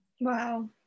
wow